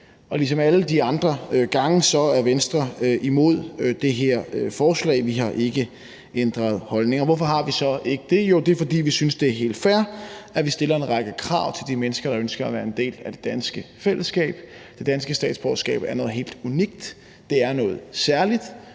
Ligesom alle de andre gange er Venstre imod det her forslag – vi har ikke ændret holdning. Og hvorfor har vi så ikke det? Jo, det er, fordi vi synes, det er helt fair, at vi stiller en række krav til de mennesker, der ønsker at være en del af det danske fællesskab. Det danske statsborgerskab er noget helt unikt, det er noget særligt,